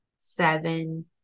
seven